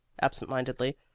absent-mindedly